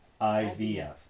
IVF